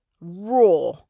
raw